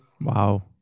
Wow